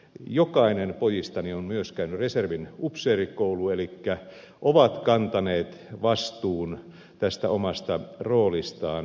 jokainen pojistani on myös käynyt reserviupseerikoulun elikkä he ovat kantaneet vastuun tästä omasta roolistaan